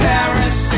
Paris